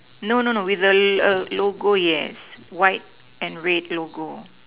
no no no with the logo yes white and red logo